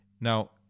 Now